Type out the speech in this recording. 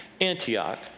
Antioch